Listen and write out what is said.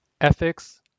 Ethics